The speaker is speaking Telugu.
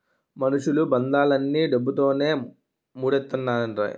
మనుషులు బంధాలన్నీ డబ్బుతోనే మూడేత్తండ్రయ్య